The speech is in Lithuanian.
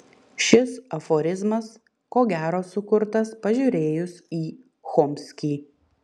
šis aforizmas ko gero sukurtas pažiūrėjus į chomskį